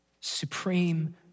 supreme